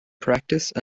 practice